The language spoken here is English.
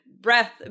breath